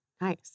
Nice